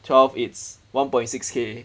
twelve it's one point six K